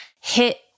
hit